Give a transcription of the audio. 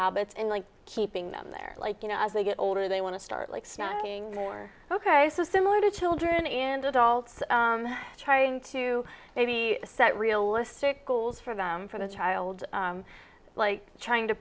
habits in like keeping them there like you know as they get older they want to start like sniping or ok so similar to children and adults trying to maybe set realistic goals for them for the child like trying to